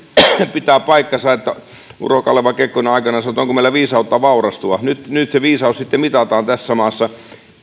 pitää paikkansa kun urho kaleva kekkonen on aikanaan kysynyt onko meillä viisautta vaurastua nyt nyt se viisaus sitten mitataan tässä maassa